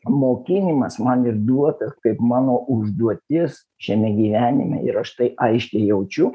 mokėjimas man ir duotas kaip mano užduotis šiame gyvenime ir aš tai aiškiai jaučiu